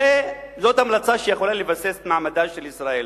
זאת המלצה שיכולה לבסס את מעמדה של ישראל.